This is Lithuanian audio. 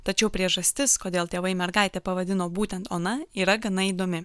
tačiau priežastis kodėl tėvai mergaitę pavadino būtent ona yra gana įdomi